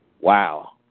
Wow